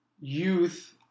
youth